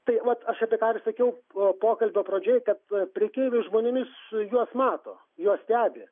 tai vat aš apie ką sakiau po pokalbio pradžioj kad prekeiviai žmonėmis juos mato juos stebi